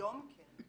היום, כן.